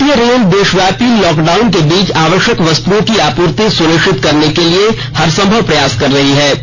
भारतीय रेल देशव्यापी लॉकडाउन के बीच आवश्यक वस्तुओं की आपूर्ति सुनिश्चित करने के लिए हरसंभव प्रयास कर रही है